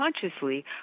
consciously